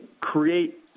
create